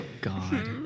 God